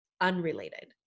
unrelated